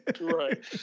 Right